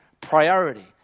priority